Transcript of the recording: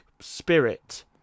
spirit